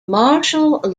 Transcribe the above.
martial